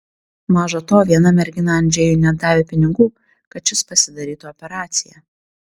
maža to viena mergina andžejui net davė pinigų kad šis pasidarytų operaciją